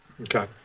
Okay